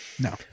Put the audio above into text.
No